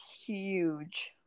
huge